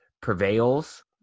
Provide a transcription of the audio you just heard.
prevails